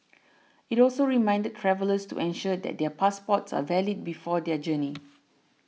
it also reminded travellers to ensure that their passports are valid before their journey